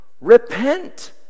Repent